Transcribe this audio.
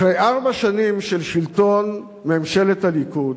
אחרי ארבע שנים של שלטון ממשלת הליכוד